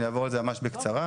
אני אעבור על זה ממש בקצרה.